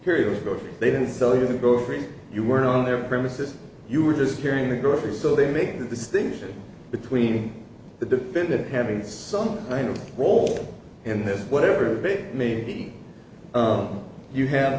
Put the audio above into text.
if they didn't sell you the grocery you weren't on their premises you were just hearing the groceries so they make the distinction between the defendant having some kind of role in this whatever maybe you have